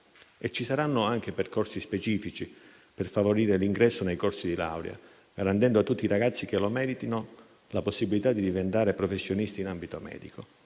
ci saranno anche percorsi specifici per favorire l'ingresso nei corsi di laurea, garantendo a tutti i ragazzi che lo meritino la possibilità di diventare professionisti in ambito medico.